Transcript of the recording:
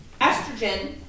estrogen